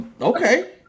Okay